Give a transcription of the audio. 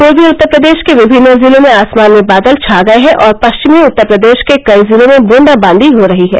प्रर्वी उत्तर प्रदेष के विभिन्न जिलों में आसमान में बादल छा गये हैं और पष्विमी उत्तर प्रदेष के कई जिलों में ब्रंदाबांदी हो रही है